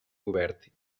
obert